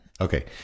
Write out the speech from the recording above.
Okay